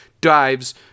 Dives